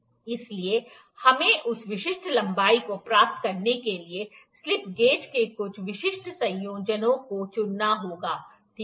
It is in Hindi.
इसलिए हमें उस विशिष्ट लंबाई को प्राप्त करने के लिए स्लिप गेज के कुछ विशिष्ट संयोजनों को चुनना होगा ठीक है